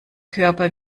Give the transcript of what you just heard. körper